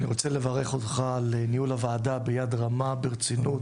רוצה לברך אותך על ניהול הועדה ביד רמה ברצינות,